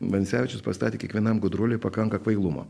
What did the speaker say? vancevičius pastatė kiekvienam gudruoliui pakanka kvailumo